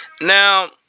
Now